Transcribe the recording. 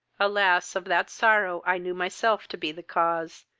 alas! of that sorrow i knew myself to be the cause,